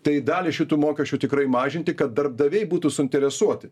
tai dalį šitų mokesčių tikrai mažinti kad darbdaviai būtų suinteresuoti